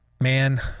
man